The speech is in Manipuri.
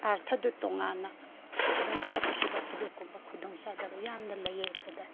ꯑꯥꯔꯊꯗꯨ ꯇꯣꯉꯥꯟꯅ ꯑꯗꯨꯝ ꯆꯠꯈꯤꯕ ꯑꯗꯨꯒꯨꯝꯕ ꯈꯨꯗꯣꯡ ꯆꯥꯗꯕ ꯌꯥꯝꯅ ꯂꯩꯌꯦ ꯑꯩꯈꯣꯏꯗ